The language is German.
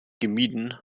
gemieden